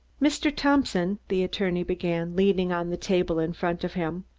mr. thompson, the attorney began, leaning on the table in front of him,